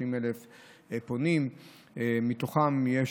ומתוכם יש